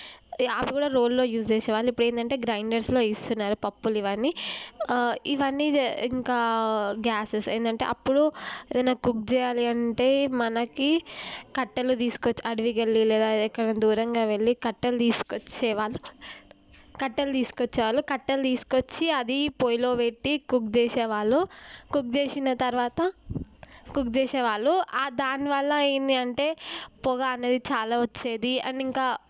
అది కూడా రోల్లో యూజ్ చేసే వాళ్ళు ఇప్పుడు ఏంటంటే గ్రైండర్స్లో వేస్తున్నారు పప్పులు ఇవన్నీ ఇవన్నీ ఇంకా గ్యాసెస్ ఏందంటే అప్పుడు ఏదైనా కుక్ చేయాలి అంటే మనకి కట్టెలు తీసుకొచ్చి అడవికి వెళ్ళి లేదా ఎక్కడైనా దూరంగా వెళ్ళి కట్టెలు తీసుకొచ్చేవాళ్ళు కట్టలు తీసుకొచ్చేవాళ్ళు కట్టెలు తీసుకొచ్చి అది పోయిలో పెట్టి కుక్ చేసేవాళ్ళు కుక్ చేసిన తర్వాత కుక్ చేసే వాళ్ళు దానివల్ల ఏంటి అంటే పొగ అనేది చాలా వచ్చేది అండ్ ఇంకా